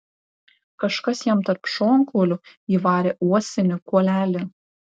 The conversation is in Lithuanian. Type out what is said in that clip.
kažkas jam tarp šonkaulių įvarė uosinį kuolelį